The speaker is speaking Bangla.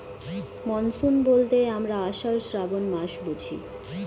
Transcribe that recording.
মনসুন বলতে আমরা আষাঢ়, শ্রাবন মাস বুঝি